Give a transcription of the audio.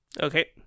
Okay